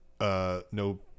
no